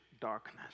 darkness